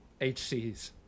HCs